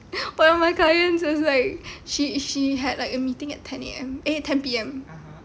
one of my clients is like she she had like a meeting at ten A_M eh ten P_M